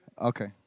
Okay